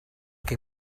que